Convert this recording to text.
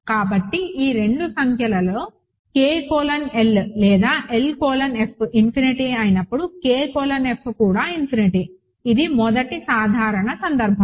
కాబట్టి ఈ రెండు సంఖ్యలలో K కోలన్ L లేదా L కోలన్ F ఇన్ఫినిటీ అయినప్పుడు K కోలన్ F కూడా ఇన్ఫినిటీ ఇది మొదటి సాధారణ సందర్భం